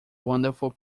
wonderful